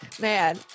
Man